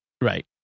Right